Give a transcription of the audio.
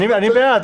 אני בעד.